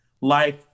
life